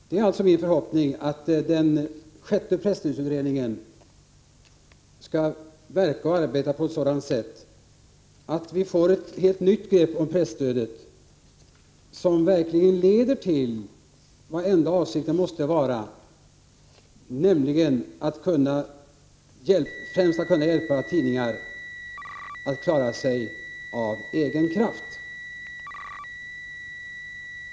Det är alltså min förhoppning att den sjätte presstödsutredningen skall verka och arbeta på ett sådant sätt att vi får ett helt nytt grepp om presstödet, som verkligen leder till vad avsikten ändå måste vara, nämligen att främst hjälpa tidningar att klara sig av egen kraft.